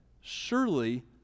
Surely